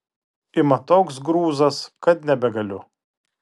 ima toks grūzas kad nebegaliu